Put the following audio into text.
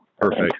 perfect